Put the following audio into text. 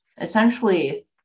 essentially